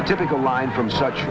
a typical line from such